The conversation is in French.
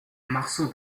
marceau